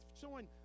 showing